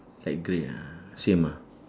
light grey ah same ah